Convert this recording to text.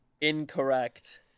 incorrect